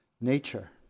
nature